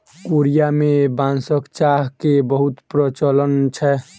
Korea में बांसक चाह के बहुत प्रचलन छै